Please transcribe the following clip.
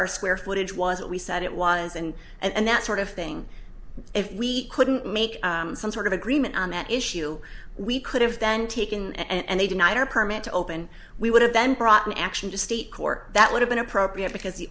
our square footage was what we said it was and and that sort of thing if we couldn't make some sort of agreement on that issue we could have then taken and they denied our permit to open we would have then brought an action to state court that would have been appropriate because the